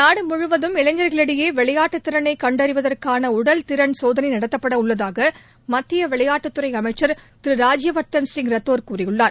நாடு முழுவதும் இளைஞர்களிடையே விளையாட்டுத் திறனை கண்டறிவதற்கான உடல்திறன் சோதனை நடத்தப்படவுள்ளதாக மத்திய விளையாட்டுத்துறை அமைச்சர் திரு ராஜ்யவர்தன் சிங் ரத்தோர் கூறியுள்ளர்